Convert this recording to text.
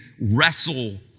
wrestle